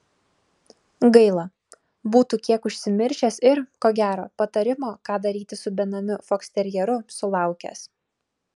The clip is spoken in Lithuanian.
gaila būtų kiek užsimiršęs ir ko gero patarimo ką daryti su benamiu foksterjeru sulaukęs